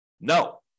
No